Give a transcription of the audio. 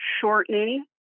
shortening